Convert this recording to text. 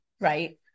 right